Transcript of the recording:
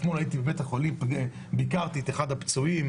אתמול הייתי בבית החולים, ביקרתי את אחד הפצועים.